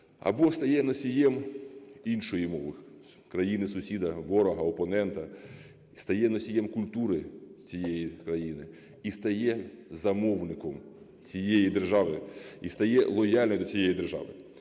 або стає носієм іншої мови, країни сусіда, ворога, опонента, стає носієм культури цієї країни і стає замовником цієї держави, і стає лояльним до цієї держави.